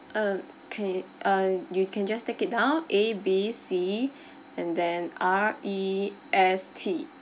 um kay~ uh you can just take it down A B C and then R E S T